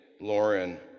Lauren